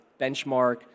benchmark